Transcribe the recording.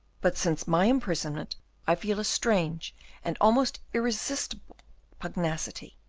but since my imprisonment i feel a strange and almost irresistible pugnacity.